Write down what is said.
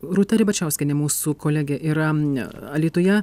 rūta ribačiauskienė mūsų kolegė yra alytuje